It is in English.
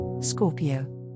Scorpio